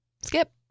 Skip